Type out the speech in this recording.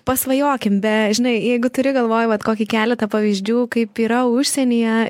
pasvajokim be žinai jeigu turi galvoj vat kokį keletą pavyzdžių kaip yra užsienyje